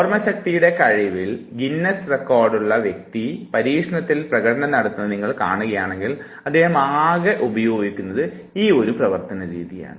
ഓർമ്മ ശക്തിയുടെ കഴിവിൽ ഗിന്നസ് റെക്കോർഡുള്ള വ്യക്തി പരീക്ഷണത്തിൽ പ്രകടനം നടത്തുന്നത് നിങ്ങൾ കാണുകയാണെങ്കിൽ അദ്ദേഹം ആകെ ഉപയോഗിക്കുന്നത് ഈ പ്രവൃത്തിരീതിയാണ്